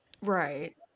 Right